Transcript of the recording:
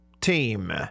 team